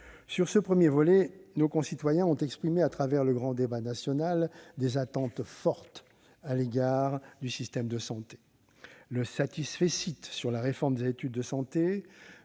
Sur le premier volet, nos concitoyens ont exprimé, lors du grand débat national, des attentes fortes à l'égard du système de santé. Le satisfecit sur la réforme des études de santé